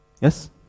Yes